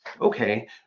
Okay